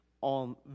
on